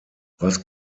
was